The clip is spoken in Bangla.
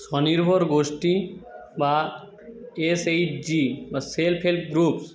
স্বনির্ভর গোষ্ঠী বা এসএইচজি বা সেল্ফ হেল্প গ্রুপস